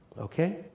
Okay